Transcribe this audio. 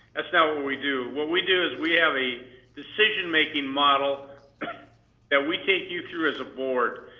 that's not what we do. what we do is we have a decision-making model that we take you through as a board.